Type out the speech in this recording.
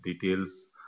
details